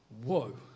whoa